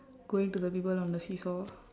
going to the people on the seesaw